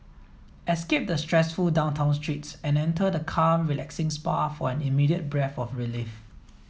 escape the stressful downtown streets and enter the calm relaxing spa for an immediate breath of relief